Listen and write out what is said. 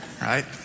Right